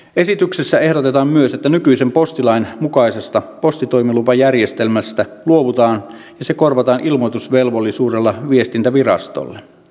esityksessä ehdotetaan myös että nykyisen postilain mukaisesta postitoimilupajärjestelmästä luovutaan ja se korvataan ilmoitusvelvollisuudella viestintävirastolle